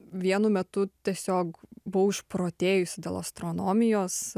vienu metu tiesiog buvau išprotėjusi dėl astronomijos